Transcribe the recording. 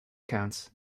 counts